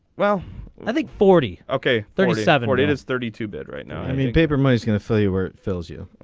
well i think forty okay thirty. seven what is thirty two bit right now i mean paper money is gonna fill you were. fills you.